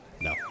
No